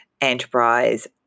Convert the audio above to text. enterprise